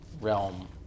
realm